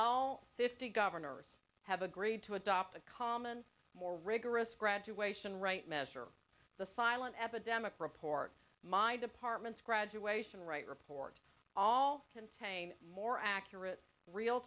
all fifty governors have agreed to adopt a common more rigorous graduation right measure the silent epidemic reports my department's graduation right report all contain more accurate real